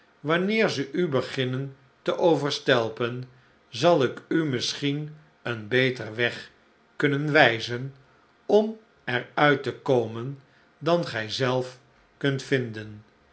wanneer ze u beginnen te overstelpen zal ik u misschien een beter weg kunnen wijzen om er uit te komen dan gij zelf kunt vinden